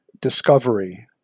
discovery